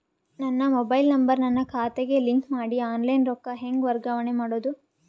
ನನ್ನ mobile number ನನ್ನ ಖಾತೆಗೆ ಲಿಂಕ್ ಮಾಡಿ ಆನ್ಲೈನ್ ರೊಕ್ಕ ಹೆಂಗ ವರ್ಗಾವಣೆ ಮಾಡೋದು?